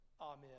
Amen